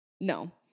No